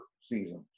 seasons